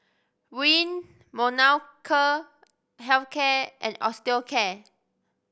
Rene Molnylcke Health Care and Osteocare